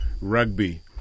rugby